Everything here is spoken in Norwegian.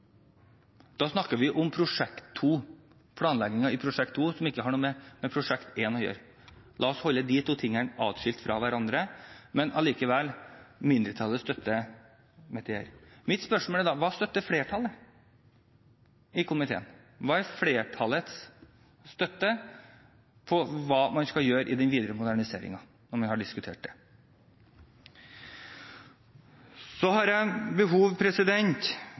Da snakker vi om planleggingen av Prosjekt 2, som ikke har noe med Prosjekt 1 å gjøre. La oss holde de to tingene atskilt fra hverandre. Men likevel: Mindretallet støtter Metier. Mitt spørsmål er da: Hva støtter flertallet i komiteen? Hva er det flertallet støtter når det gjelder hva man skal gjøre i den videre moderniseringen, om man har diskutert